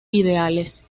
ideales